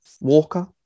Walker